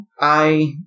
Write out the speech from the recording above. I-